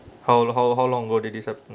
how how how long ago this happened